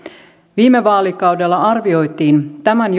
viime vaalikaudella arvioitiin tämän